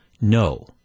no